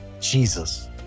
Jesus